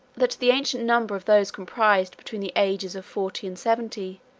that the ancient number of those comprised between the ages of forty and seventy,